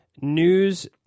News